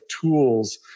tools